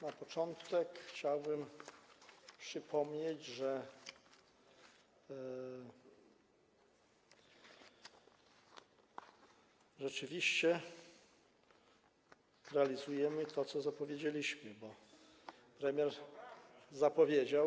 Na początek chciałbym przypomnieć, że rzeczywiście realizujemy to, co zapowiedzieliśmy, bo premier zapowiedział.